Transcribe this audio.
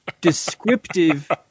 descriptive